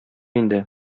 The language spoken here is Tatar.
инде